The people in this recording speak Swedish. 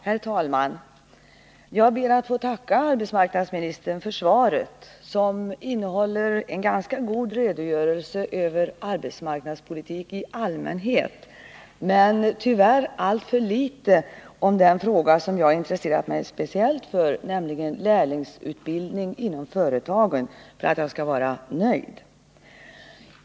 Herr talman! Jag ber att få tacka arbetsmarknadsministern för svaret, som innehåller en ganska god redogörelse för arbetsmarknadspolitik i allmänhet men tyvärr alltför litet om den fråga som jag har intresserat mig speciellt för, nämligen lärlingsutbildning inom företagen, för att jag skall vara nöjd.